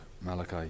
Malachi